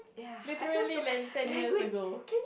literally lane ten years ago